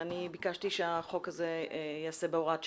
ביקשתי שהחוק הזה ייעשה בהוראת שעה.